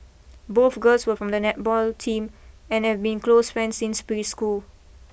both girls were from the netball team and have been close friends since preschool